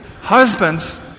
husbands